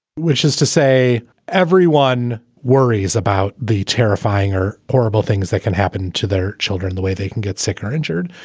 which is to say everyone worries about the terrifying or horrible things that can happen to their children the way they can get sick or injured.